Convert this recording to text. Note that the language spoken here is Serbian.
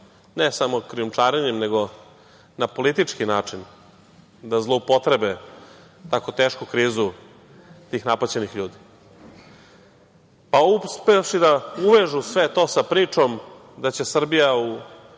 ne samo krijumčarenjem nego na politički način da zloupotrebe tako tešku krizu tih napaćenih ljudi, uspevši da uvežu sve to sa pričom da će Srbija,